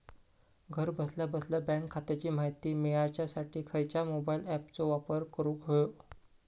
घरा बसल्या बसल्या बँक खात्याची माहिती मिळाच्यासाठी खायच्या मोबाईल ॲपाचो वापर करूक होयो?